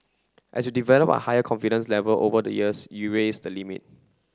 as you develop a higher confidence level over the years you raise the limit